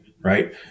right